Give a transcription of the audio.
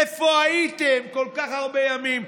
איפה הייתם כל כך הרבה ימים?